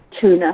tuna